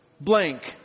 blank